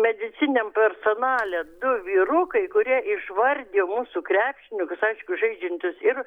medicininiam personale du vyrukai kurie išvardijo mūsų krepšininkus aišku žaidžiančius ir